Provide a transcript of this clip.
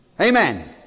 Amen